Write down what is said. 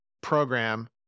program